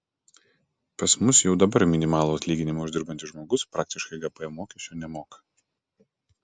pas mus jau dabar minimalų atlyginimą uždirbantis žmogus praktiškai gpm mokesčio nemoka